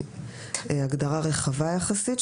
היא הגדרה רחבה יחסית.